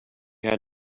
had